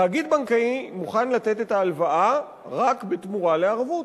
תאגיד בנקאי מוכן לתת את ההלוואה רק בתמורה לערבות,